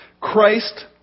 Christ